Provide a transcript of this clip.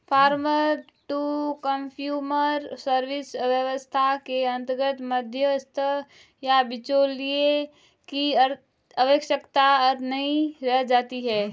farmer to consumer service व्यवस्था के अंतर्गत मध्यस्थ या बिचौलिए की आवश्यकता नहीं रह जाती है